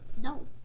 No